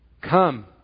Come